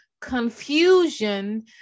confusion